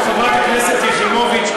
חברת הכנסת יחימוביץ,